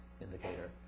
indicator